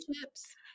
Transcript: chips